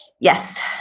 Yes